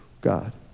God